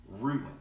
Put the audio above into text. ruin